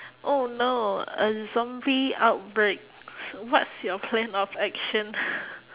oh no a zombie outbreak what's your plan of action